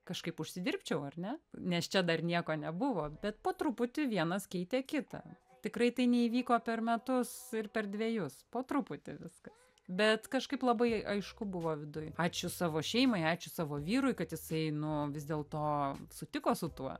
kažkaip užsidirbčiau ar ne nes čia dar nieko nebuvo bet po truputį vienas keitė kitą tikrai tai neįvyko per metus ir per dvejus po truputį viskas bet kažkaip labai aišku buvo viduj ačiū savo šeimai ačiū savo vyrui kad jisai nu vis dėlto sutiko su tuo